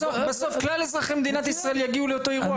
בסוף כלל אזרחי מדינת ישראל יגיעו לאותו אירוע.